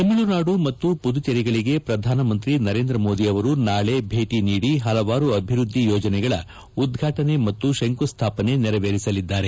ತಮಿಳುನಾಡು ಮತ್ತು ಪುದುಚೇರಿಗಳಿಗೆ ಪ್ರಧಾನಮಂತ್ರಿ ನರೇಂದ್ರ ಮೋದಿ ಅವರು ನಾಳೆ ಭೇಟಿ ನೀದಿ ಹಲವಾರು ಅಭಿವ್ಬದ್ದಿ ಯೋಜನೆಗಳ ಉದ್ಘಾಟನೆ ಮತ್ತು ಶಂಕುಸ್ದಾಪನೆ ನೆರವೇರಿಸಲಿದ್ದಾರೆ